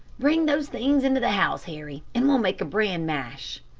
bring those things into the house, harry, and we'll make a bran mash.